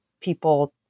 people